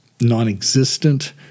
non-existent